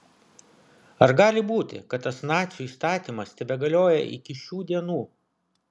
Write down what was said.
ar gali būti kad tas nacių įstatymas tebegalioja iki šių dienų